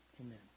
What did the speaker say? Amen